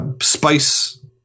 spice